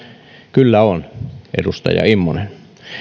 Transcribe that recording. kyllä on edustaja immonen